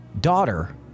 daughter